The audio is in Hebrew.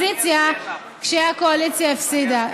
מהאופוזיציה, כשהקואליציה הפסידה.